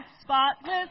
spotless